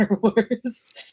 Wars